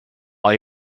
all